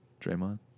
Draymond